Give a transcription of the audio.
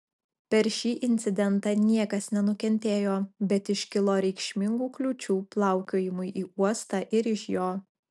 per šį incidentą niekas nenukentėjo bet iškilo reikšmingų kliūčių plaukiojimui į uostą ir iš jo